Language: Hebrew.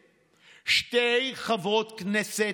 שואלת,